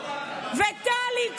טלי,